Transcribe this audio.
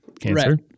cancer